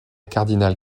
cardinal